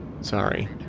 Sorry